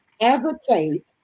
advocate